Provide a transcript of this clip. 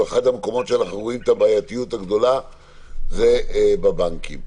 אחד המקומות שאנחנו רואים את הבעייתיות הגדולה זה בבנקים.